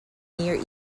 near